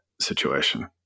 situation